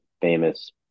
famous